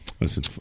Listen